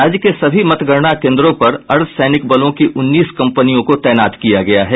राज्य के सभी मतगणना केंद्रों पर अर्धसैनिक बलों की उन्नीस कंपनियों को तैनात किया गया है